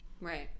Right